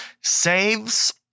saves